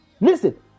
listen